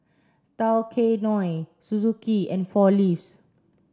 Tao Kae Noi Suzuki and Four Leaves